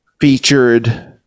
featured